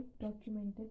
documented